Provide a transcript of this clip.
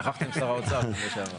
שכחת לציין שר האוצר לשעבר.